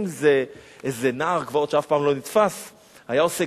אם איזה נער גבעות שאף פעם לא נתפס היה עושה